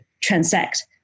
transact